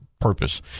purpose